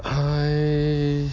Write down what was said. I